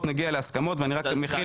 אופיר, אני ממלא מקום בוועדה ואין לי מושג מה